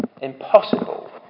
impossible